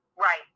right